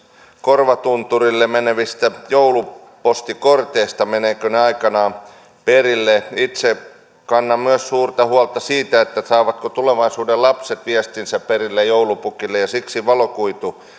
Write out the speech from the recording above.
korvatunturille menevistä joulupostikorteista menevätkö ne aikanaan perille itse kannan myös suurta huolta siitä saavatko tulevaisuuden lapset viestinsä perille joulupukille ja siksi valokuitu